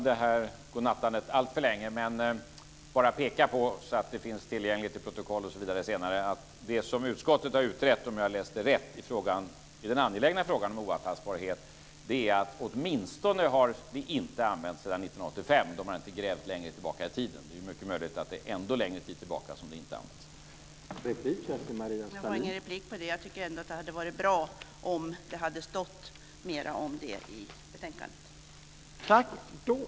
Herr talman! För att det ska finnas tillgängligt i protokollet senare vill jag bara peka på att enligt vad utskottet har utrett - om jag läste rätt när det gällde den angelägna frågan om oantastbarhet - har det inte använts sedan 1985. Men man har inte grävt längre tillbaka i tiden. Det är mycket möjligt att det inte har använts sedan ännu längre tid tillbaka.